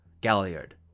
Galliard